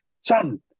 son